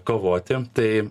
kovoti tai